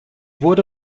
wurde